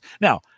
Now